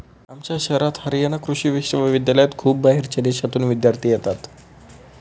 आमच्या शहरात हरयाणा कृषि विश्वविद्यालयात खूप बाहेरच्या देशांतून विद्यार्थी येतात